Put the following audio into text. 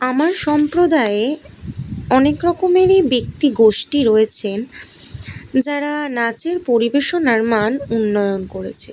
আমার সম্প্রদায়ে অনেক রকমেরই ব্যক্তি গোষ্ঠী রয়েছেন যারা নাচের পরিবেশনার মান উন্নয়ন করেছে